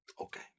Okay